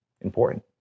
important